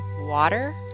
water